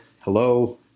Hello